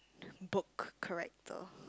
book character